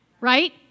right